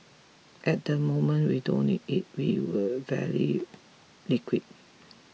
at the moment we don't need it we were very liquid